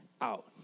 out